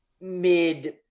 mid